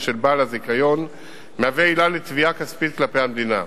של בעל הזיכיון מהווה עילה לתביעה כספית כלפי המדינה.